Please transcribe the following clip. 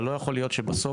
אבל לא יכול להיות שבסוף,